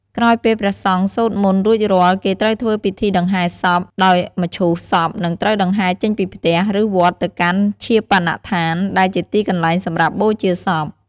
ក្រោយពេលព្រះសង្ឃសូត្រមន្ដរួចរាល់គេត្រូវធ្វើពិធីដង្ហែសព ដោយមឈូសសពនឹងត្រូវដង្ហែរចេញពីផ្ទះ ឬវត្ត ទៅកាន់ ឈាបនដ្ឋាន ដែលជាទីកន្លែងសម្រាប់បូជាសព។